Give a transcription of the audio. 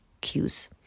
cues